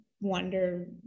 wonder